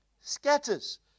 scatters